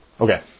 Okay